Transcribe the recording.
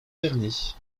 vernis